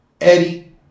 Eddie